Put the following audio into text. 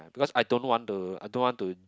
cause I don't want to I don't want to